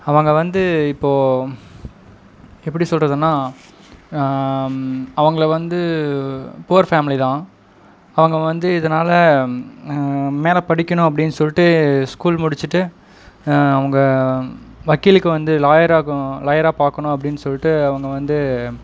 அவங்க வந்து இப்போது எப்படி சொல்கிறதுன்னா அவங்கள வந்து புவர் ஃபேம்லி தான் அவங்க வந்து இதனால் மேலே படிக்கணும் அப்படின்னு சொல்லிட்டு ஸ்கூல் முடிச்சிட்டு அவங்க வக்கீலுக்கு வந்து லாயராகும் லாயராக பார்க்கணும் அப்படின்னு சொல்லிட்டு அவங்க வந்து